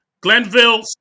Glenville